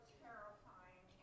terrifying